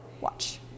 Watch